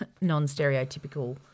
non-stereotypical